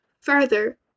further